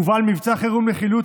הובל מבצע חירום לחילוץ,